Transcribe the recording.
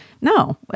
No